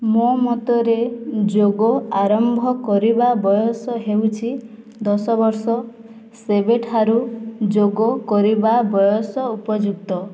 ମୋ ମତରେ ଯୋଗ ଆରମ୍ଭ କରିବା ବୟସ ହେଉଛି ଦଶ ବର୍ଷ ସେବେଠାରୁ ଯୋଗ କରିବା ବୟସ ଉପଯୁକ୍ତ